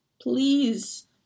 please